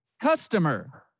Customer